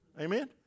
Amen